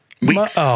Weeks